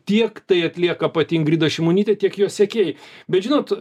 tiek tai atlieka pati ingrida šimonytė tiek jo sekėjai bet žinot